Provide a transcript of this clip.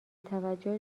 توجه